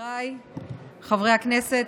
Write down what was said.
חבריי חברי הכנסת,